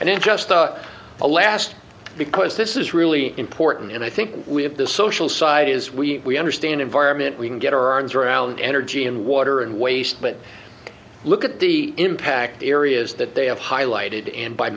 and in just a a last because this is really important and i think we have the social side is we understand environment we can get our arms around energy and water and waste but look at the impact areas that they have highlighted in b